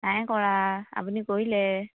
নাই কৰা আপুনি কৰিলে